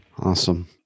Awesome